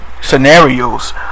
Scenarios